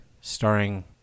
starring